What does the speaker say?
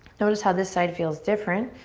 notice how this side feels different.